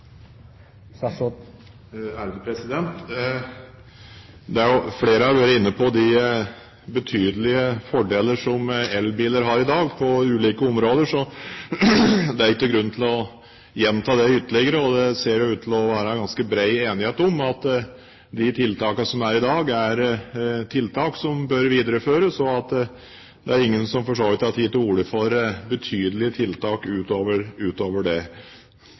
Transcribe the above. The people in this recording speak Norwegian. Flere har vært inne på de betydelige fordeler som elbiler har på ulike områder i dag, så det er ingen grunn til å gjenta det ytterligere. Det ser ut til å være ganske bred enighet om at de tiltakene en har i dag, bør videreføres. Og ingen har for så vidt tatt til orde for betydelige tiltak utover det. Så kan en jo lure litt på hvorfor det